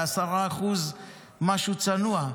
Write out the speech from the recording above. ב-10% משהו צנוע,